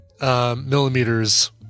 millimeters